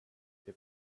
they